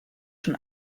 schon